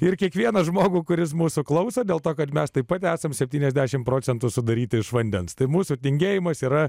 ir kiekvieną žmogų kuris mūsų klausą dėl to kad mes taip pat esam septyniasdešimt procentų sudaryti iš vandens tai mūsų tingėjimas yra